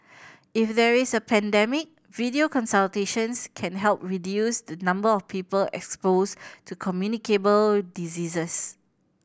if there is a pandemic video consultations can help reduce the number of people exposed to communicable diseases